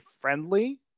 friendly